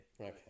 Okay